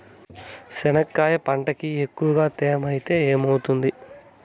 చెనక్కాయ పంటకి ఎక్కువగా తేమ ఐతే ఏమవుతుంది?